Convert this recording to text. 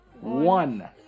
One